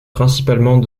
principalement